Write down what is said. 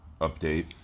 update